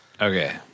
Okay